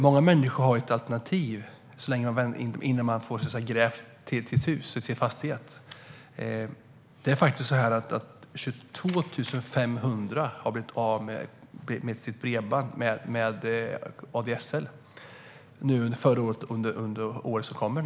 Många människor har ett alternativ innan de får bredband grävt till sin fastighet, men det är faktiskt så att 22 500 har blivit av med och kommer att bli av med sitt bredband via ADSL under förra året och året som kommer.